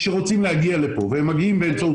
שרצים להגיע לכאן והם מגיעים באמצעות